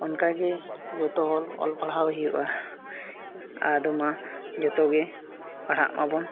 ᱚᱱᱠᱟᱜᱮ ᱡᱚᱛᱚ ᱦᱚᱲ ᱚᱞᱼᱯᱟᱲᱦᱟᱣ ᱦᱩᱭᱩᱜᱼᱟ ᱟᱫᱚ ᱢᱟ ᱡᱚᱛᱚᱜᱮ ᱯᱟᱲᱦᱟᱜ ᱢᱟᱵᱚᱱ